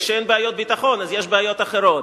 כי כשאין בעיות ביטחון אז יש בעיות אחרות.